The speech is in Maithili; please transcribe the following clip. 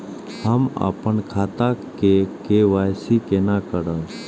हम अपन खाता के के.वाई.सी केना करब?